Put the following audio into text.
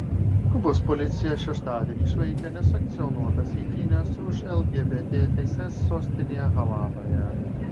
kubos policija šeštadienį išvaikė nesankcionuotas eitynes už lgbt teises sostinėje havanoje